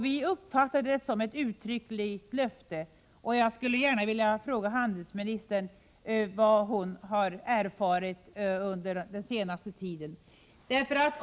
Vi uppfattade det som ett uttryckligt löfte, och jag skulle vilja fråga utrikeshandelsministern, vad hon har erfarit under den senaste tiden.